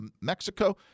Mexico